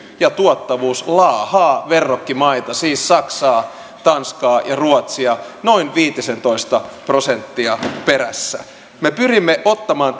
ja tuottavuus laahaavat verrokkimaiden siis saksan tanskan ja ruotsin perässä noin viisitoista prosenttia me pyrimme ottamaan